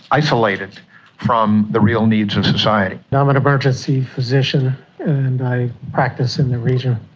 isolated from the real needs and society. i'm an emergency physician and i practice in the region.